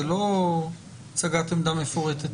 זה לא הצגת עמדה מפורטת.